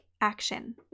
action